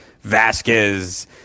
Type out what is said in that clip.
Vasquez